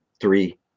three